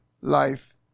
life